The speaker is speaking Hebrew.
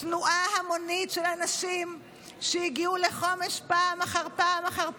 תנועה המונית של אנשים שהגיעו לחומש פעם אחר פעם אחר פעם,